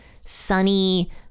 sunny